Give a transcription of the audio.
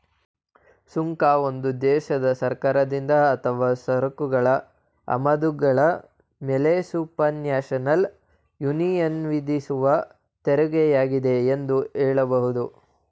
ಸುಂಕ ಒಂದು ದೇಶದ ಸರ್ಕಾರದಿಂದ ಅಥವಾ ಸರಕುಗಳ ಆಮದುಗಳ ಮೇಲೆಸುಪರ್ನ್ಯಾಷನಲ್ ಯೂನಿಯನ್ವಿಧಿಸುವತೆರಿಗೆಯಾಗಿದೆ ಎಂದು ಹೇಳಬಹುದು